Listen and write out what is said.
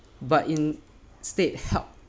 but instead help